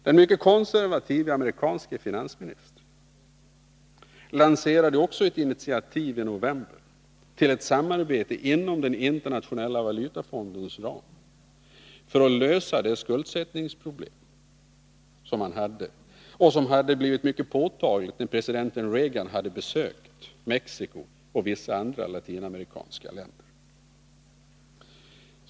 Den mycket konservative amerikanske finansministern tog också i november ett initiativ till ett samarbete inom den internationella valutafondens ram för att lösa de skuldsättningsproblem som fanns och som hade blivit mycket påtagliga när president Reagan besökte Mexico och vissa andra latinamerikanska länder.